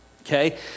Okay